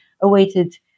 awaited